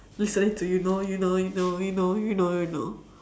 listening to you know you know you know you know you know